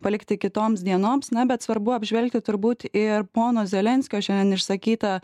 palikti kitoms dienoms na bet svarbu apžvelgti turbūt ir pono zelenskio šiandien išsakytą